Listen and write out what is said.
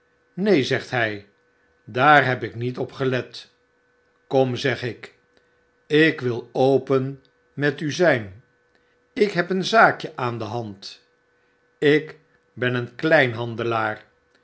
neen zegt hjj daar heb ik niet op gelet kom zeg ik ik wil open met u zp ik heb een zaakje aan de hand ik ben